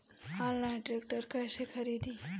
Online tractor कैसे खरदी?